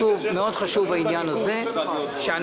לנו איך אתה מתקדם בעניין הזה ואיך הם מתכוונים לשלם.